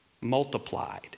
multiplied